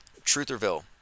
Trutherville